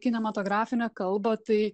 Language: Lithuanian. kinematografinę kalbą tai